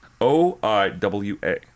O-I-W-A